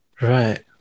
Right